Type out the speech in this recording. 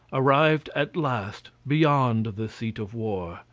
arrived at last beyond the seat of war,